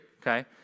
okay